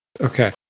Okay